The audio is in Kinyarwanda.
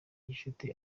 gicuti